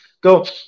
go